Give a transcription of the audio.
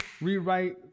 rewrite